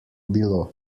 bilo